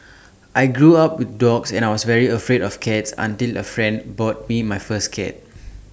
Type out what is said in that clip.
I grew up with dogs and I was very afraid of cats until A friend bought me my first cat